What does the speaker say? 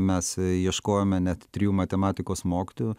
mes ieškojome net trijų matematikos mokytojų